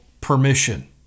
permission